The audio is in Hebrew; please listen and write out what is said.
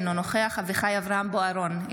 אינו נוכח אביחי אברהם בוארון,